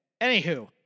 Anywho